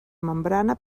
membrana